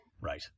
Right